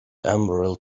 emerald